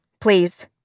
please